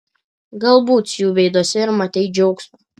galbūt jų veiduose ir matei džiaugsmą